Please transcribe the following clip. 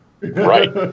Right